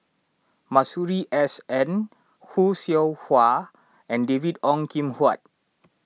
Masuri S N Khoo Seow Hwa and David Ong Kim Huat